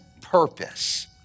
purpose